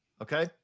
Okay